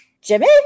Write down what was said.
Jimmy